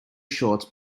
shorts